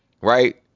right